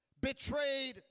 betrayed